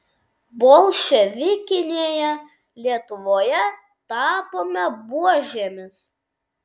bolševikinėje lietuvoje tapome buožėmis